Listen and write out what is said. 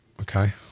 Okay